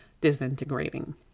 disintegrating